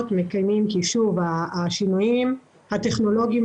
השינויים הטכנולוגיים,